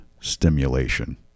stimulation